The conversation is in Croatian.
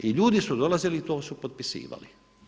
I ljudi su dolazili i to su potpisivali.